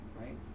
right